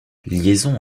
liaison